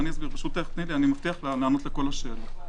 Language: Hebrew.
-- אענה על כל השאלות.